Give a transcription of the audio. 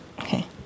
okay